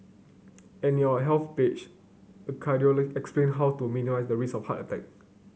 and in our Health page a cardiologist explain how to minimise the risk of a heart attack